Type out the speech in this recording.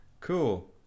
Cool